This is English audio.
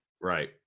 right